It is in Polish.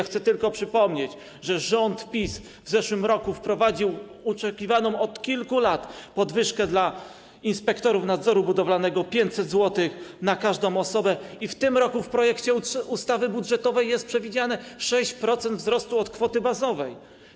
Chcę tylko przypomnieć, że rząd PiS w zeszłym roku wprowadził oczekiwaną od kilku lat podwyżkę dla inspektorów nadzoru budowalnego w wysokości 500 zł na każdą osobę i w tym roku w projekcie ustawy budżetowej jest przewidziane 6% wzrostu od kwoty bazowej.